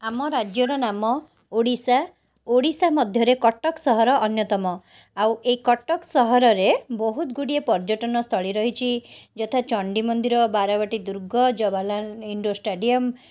ଆମ ରାଜ୍ୟର ନାମ ଓଡ଼ିଶା ଓଡ଼ିଶା ମଧ୍ୟରେ କଟକ ସହର ଅନ୍ୟତମ ଆଉ ଏଇ କଟକ ସହରରେ ବହୁତ ଗୁଡ଼ିଏ ପର୍ଯ୍ୟଟନସ୍ଥଳୀ ରହିଛି ଯଥା ଚଣ୍ଡୀମନ୍ଦିର ବାରବାଟୀ ଦୁର୍ଗ ଜବାହାରଲାଲ ଇଣ୍ଡୋର ଷ୍ଟାଡି଼ୟମ